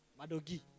Madogi